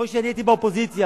מוישה, אני הייתי באופוזיציה.